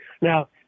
Now